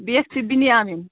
بیٛاکھ چھِ بِن یامِن